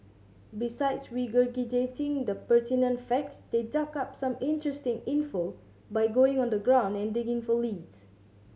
besides regurgitating the pertinent facts they dug up some interesting info by going on the ground and digging for leads